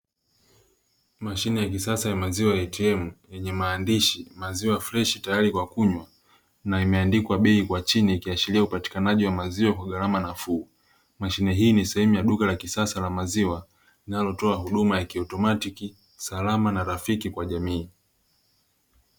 Mashine ya kisasa ya maziwa ya "ATM" yenye maandishi "maziwa freshi tayari kwa kunywa" na imeandikwa bei kwa chini ikiashiria upatikanaji wa maziwa kwa gharama nafuu. Mashine hii ni sehemu ya duka la kisasa la maziwa, linalotoa huduma ya kiautomatiki, salama na rafiki kwa jamii.